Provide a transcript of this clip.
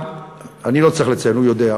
אני לא צריך לציין, הוא יודע.